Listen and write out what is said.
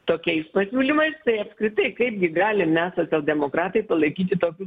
tokiais pasiūlymais tai apskritai kaipgi galim mes socialdemokratai palaikyti tokius